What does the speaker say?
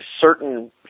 certain